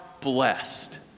blessed